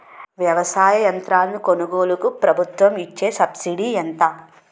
వ్యవసాయ యంత్రాలను కొనుగోలుకు ప్రభుత్వం ఇచ్చే సబ్సిడీ ఎంత?